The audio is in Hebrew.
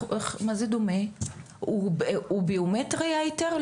הוא ביומטרי ההיתר?